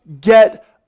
get